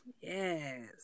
Yes